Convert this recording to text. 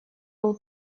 был